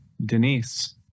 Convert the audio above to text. Denise